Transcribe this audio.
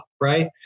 right